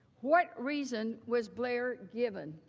what reason was blair given